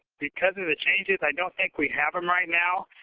because of the changes i don't think we have them right now.